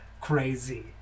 Crazy